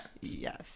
Yes